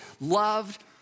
loved